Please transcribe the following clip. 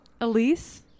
elise